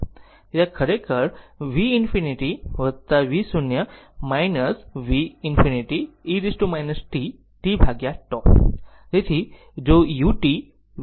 તેથી આ ખરેખર v infinity v0 v infinity e t tτ